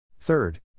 Third